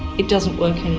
it doesn't work